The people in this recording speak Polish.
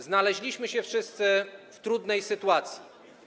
Znaleźliśmy się wszyscy w trudnej sytuacji.